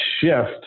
shift